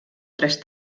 tres